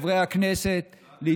חברי הכנסת, עכשיו תענה לגפני.